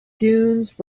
dunes